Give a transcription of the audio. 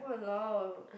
!walao!